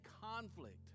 conflict